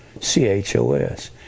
c-h-o-s